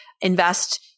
invest